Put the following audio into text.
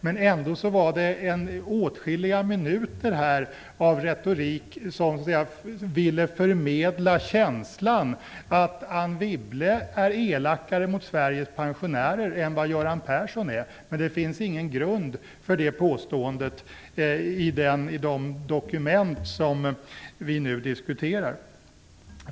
Ändå ägnades här åtskilliga minuter av retorik åt att förmedla känslan att Anne Wibble är elakare mot Sveriges pensionärar än vad Göran Persson är. Men det finns ingen grund för det påståendet i de dokument som vi nu diskuterar.